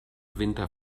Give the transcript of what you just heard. winter